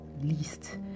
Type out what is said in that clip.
least